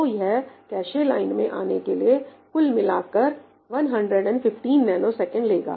तो यह cache line में आने के लिए कुल मिलाकर 115 ns लेगा